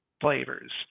flavors